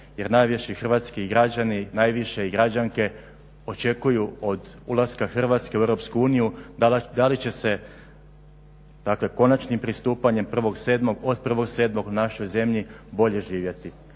jer najviše hrvatski građani i građanke očekuju od ulaska Hrvatske u EU da li će se dakle konačnim pristupanjem 1.07. od 1.07. u našoj zemlji bolje živjeti.